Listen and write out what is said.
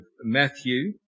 Matthew